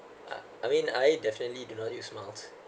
I mean I definitely do not use miles